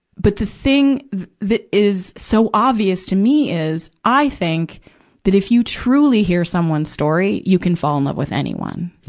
but the thing that, that is so obvious to me is, i think that if you truly hear someone's story, you can fall in love with anyone,